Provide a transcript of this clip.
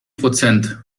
prozent